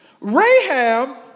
Rahab